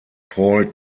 paul